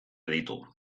ditu